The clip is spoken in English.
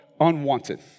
unwanted